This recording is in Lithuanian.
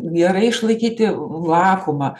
gerai išlaikyti vakuumą